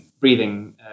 breathing